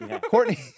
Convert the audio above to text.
Courtney